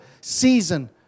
season